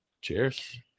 cheers